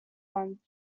one